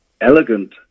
elegant